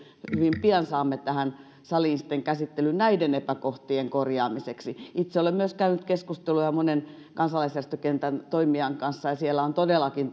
hyvin pian tähän saliin käsittelyyn näiden epäkohtien korjaamisen itse olen käynyt keskusteluja monen kansalaisjärjestökentän toimijan kanssa ja siellä on todellakin